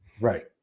Right